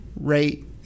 Rate